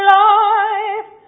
life